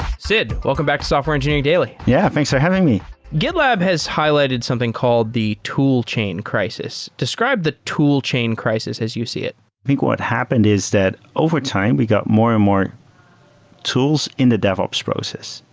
sid, welcome back to software engineering daily yeah. thanks for having me gitlab has highlighted something called the tool chain crisis. describe the tool chain crisis as you see it i think what happened is that overtime, we got more and more tools in the devops process.